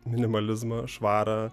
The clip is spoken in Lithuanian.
minimalizmą švarą